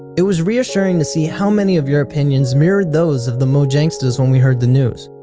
it was reassuring to see how many of your opinions mirrored those of the mojangstas when we heard the news.